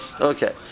Okay